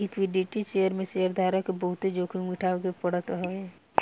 equity share में शेयरधारक के बहुते जोखिम उठावे के पड़त हवे